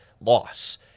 loss